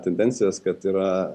tendencijas kad yra